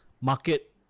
market